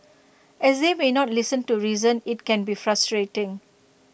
as they may not listen to reason IT can be frustrating